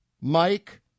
Mike